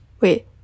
Wait